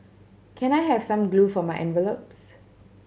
can I have some glue for my envelopes